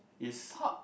is